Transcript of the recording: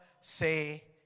say